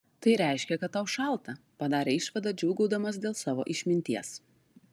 tai reiškia kad tau šalta padarė išvadą džiūgaudamas dėl savo išminties